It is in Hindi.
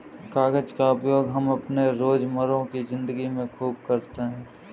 कागज का उपयोग हम अपने रोजमर्रा की जिंदगी में खूब करते हैं